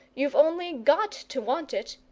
you've only got to want it,